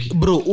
bro